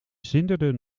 zinderde